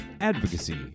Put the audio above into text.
advocacy